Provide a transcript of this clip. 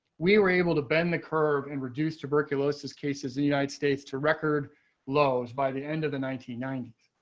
we were able to bend the curve and reduce tuberculosis cases, the united states to record lows. by the end of the nineteen ninety